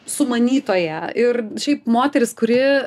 sumanytoja ir šiaip moteris kuri